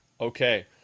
Okay